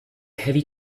heavy